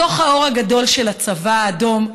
בתוך האור הגדול של הצבא האדום,